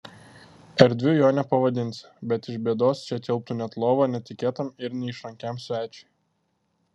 erdviu jo nepavadinsi bet iš bėdos čia tilptų net lova netikėtam ir neišrankiam svečiui